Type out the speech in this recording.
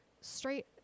straight